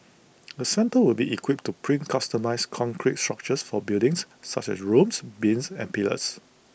the centre will be equipped to print customised concrete structures for buildings such as rooms beams and pillars